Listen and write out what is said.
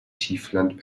tiefland